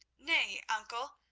nay, uncle,